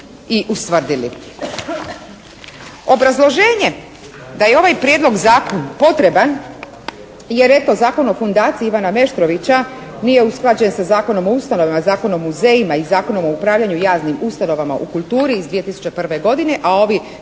i ustvrdili. Obrazloženje da je ovaj prijedlog zakona potreban jer eto Zakon o fundaciji Ivana Meštrovića nije usklađen sa Zakonom o ustanovama, Zakonom o muzejima i Zakonom o upravljanju javnim ustanovama u kulturi iz 2001. godine a ovi